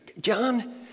John